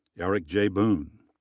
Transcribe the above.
eric j. boone.